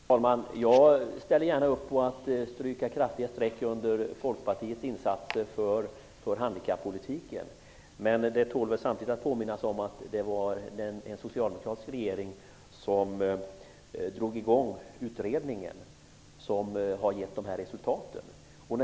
Herr talman! Jag ställer gärna upp på att stryka kraftiga streck under Folkpartiets insatser för handikappolitiken. Men det tål väl samtidigt att påminnas om att det var en socialdemokratisk regering som drog i gång den utredning som har gett dessa resultat.